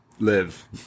Live